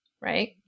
right